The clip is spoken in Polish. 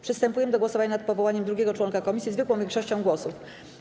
Przystępujemy do głosowania nad powołaniem drugiego członka komisji zwykłą większością głosów.